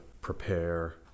prepare